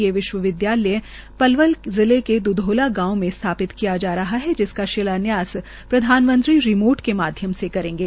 ये विश्वविदयालय पलवल जिले के दुधौला गांव में स्थापित किया जा रहा है जिसका शिलानयास प्रधानमंत्री रिमोट के माध्यम से करेंगे